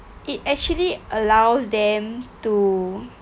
it actually allows them to